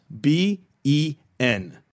b-e-n